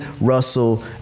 Russell